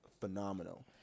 phenomenal